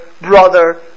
brother